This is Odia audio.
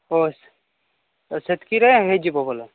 ଓ ସେତ୍କିରେ ହୋଇଯିବ ଗଲେ